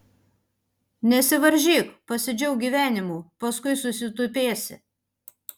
nesivaržyk pasidžiauk gyvenimu paskui susitupėsi